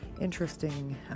interesting